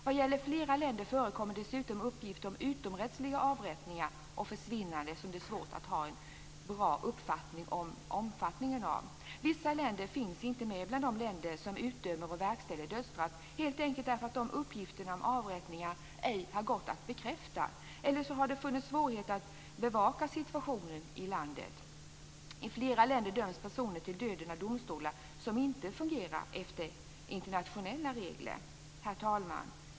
Vad gäller flera länder förekommer dessutom uppgifter om utomrättsliga avrättningar och försvinnanden där det är svårt att ha en bra uppfattning om omfattningen. Vissa länder finns inte med bland de länder som utdömer och verkställer dödsstraff, helt enkelt därför att uppgifter om avrättningar ej har gått att bekräfta eller att det har varit svårt att bevaka situationen i landet. I flera länder döms personer till döden av domstolar som inte fungerar enligt internationella regler. Herr talman!